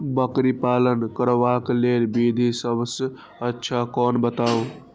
बकरी पालन करबाक लेल विधि सबसँ अच्छा कोन बताउ?